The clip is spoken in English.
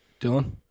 Dylan